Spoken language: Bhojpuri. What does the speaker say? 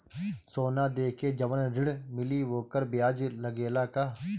सोना देके जवन ऋण मिली वोकर ब्याज लगेला का?